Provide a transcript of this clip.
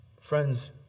Friends